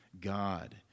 God